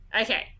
Okay